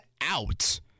out